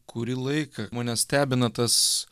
kurį laiką mane stebina tas